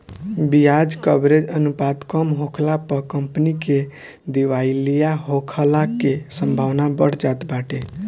बियाज कवरेज अनुपात कम होखला पअ कंपनी के दिवालिया होखला के संभावना बढ़ जात बाटे